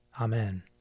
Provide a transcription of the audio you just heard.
Amen